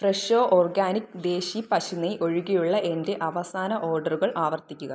Fresho organic desi പശു നെയ്യ് ഒഴികെയുള്ള എന്റെ അവസാന ഓർഡറുകൾ ആവർത്തിക്കുക